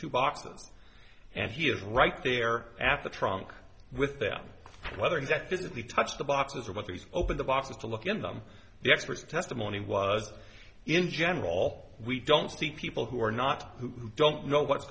to boxes and he is right there at the trunk with them whether that physically touch the boxes about these open the boxes to look at them the experts testimony was in general all we don't see people who are not who don't know what's